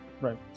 Right